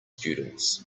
students